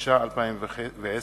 התש"ע 2010,